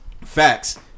Facts